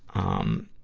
um,